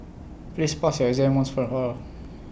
please pass your exam once and for all